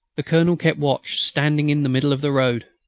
the colonel kept watch, standing in the middle of the road.